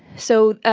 so,